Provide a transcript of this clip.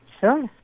Sure